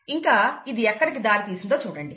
ఇంకా ఇది ఎక్కడికి దారితీసిందో చూడండి